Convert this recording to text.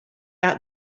out